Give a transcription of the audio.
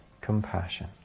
compassion